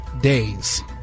days